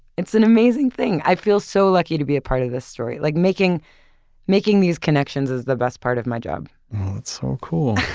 it's an amazing thing. i feel so lucky to be a part of this story. like making making these connections is the best part of my job. it's so cool.